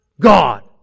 God